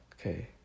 Okay